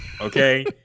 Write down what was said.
Okay